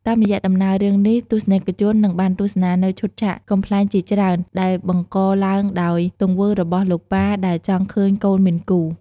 តាមរយៈដំណើររឿងនេះ ទស្សនិកជននឹងបានទស្សនានូវឈុតឆាកកំប្លែងជាច្រើន ដែលបង្កឡើងដោយទង្វើរបស់លោកប៉ាដែលចង់ឃើញកូនមានគូ។